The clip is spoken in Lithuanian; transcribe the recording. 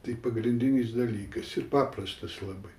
tai pagrindinis dalykas ir paprastas labai